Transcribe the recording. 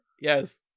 Yes